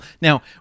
Now